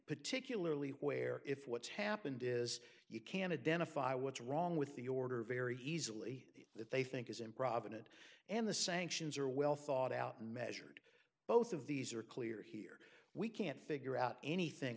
particularly where if what's happened is you can a den of fi what's wrong with the order very easily that they think is improvident and the sanctions are well thought out and measured both of these are clear here we can't figure out anything